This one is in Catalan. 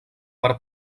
per